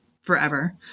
forever